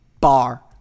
Bar